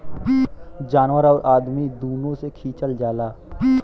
जानवर आउर अदमी दुनो से खिचल जाला